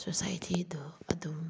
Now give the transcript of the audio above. ꯁꯣꯁꯥꯏꯇꯤꯗꯨ ꯑꯗꯨꯝ